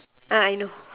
ah I know